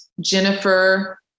Jennifer